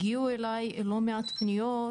הגיעו אלי לא מעט פניות